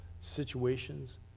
situations